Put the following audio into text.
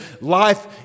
life